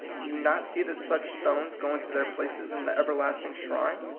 do you not see that such stones go into their places in the everlasting shrine?